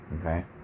Okay